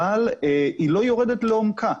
אבל היא לא יורדת לעומקה.